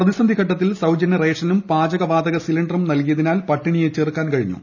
പ്രതിസന്ധി ഘട്ടത്തിൽ സൌജന്യ റേഷനും പാചക വാതക സിലിണ്ടറും നൽകിയതിനാൽ പട്ടിണിയെ ചെറുക്കാൻ കഴിഞ്ഞു